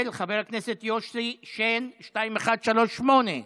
של חבר הכנסת יוסי שיין, מס' פ/2138,